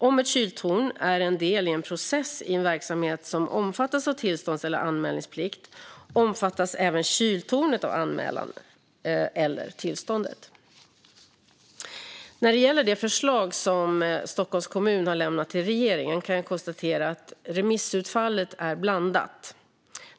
Om ett kyltorn är en del i en process i en verksamhet som omfattas av tillstånds eller anmälningsplikt omfattas även kyltornet av anmälan eller tillståndet. När det gäller det förslag som Stockholms kommun har lämnat till regeringen kan jag konstatera att remissutfallet är blandat.